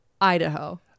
Idaho